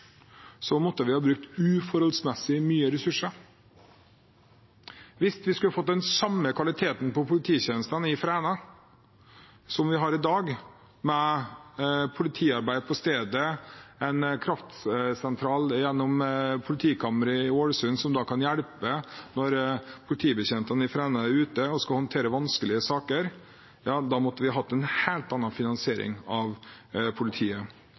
måtte vi ha brukt uforholdsmessig mye ressurser. Hvis vi skulle fått den samme kvaliteten på polititjenestene i Fræna som vi har i dag, med politiarbeid på stedet, en kraftsentral gjennom politikammeret i Ålesund, som kan hjelpe når politibetjentene i Fræna er ute og skal håndtere vanskelige saker, da måtte vi hatt en helt annen finansiering av politiet.